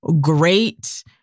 great